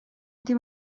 ndi